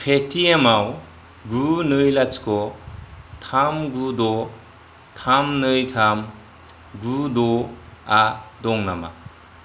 पेटिएमआव गु नै लाथिख' थाम गु द' थाम नै थाम गु द' आ दं नामा